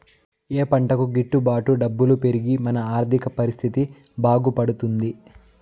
ఏ పంటకు గిట్టు బాటు డబ్బులు పెరిగి మన ఆర్థిక పరిస్థితి బాగుపడుతుంది?